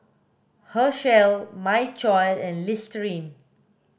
Herschel My Choice and Listerine